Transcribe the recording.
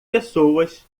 pessoas